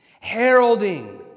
heralding